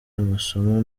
amasomo